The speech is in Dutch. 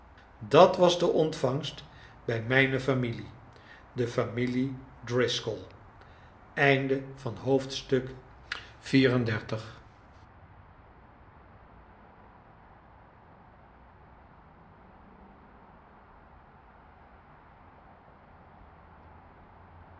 dat was de ontvangst bij mijne familie de familie driscoll